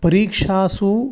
परिक्षासु